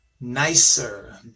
nicer